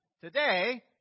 Today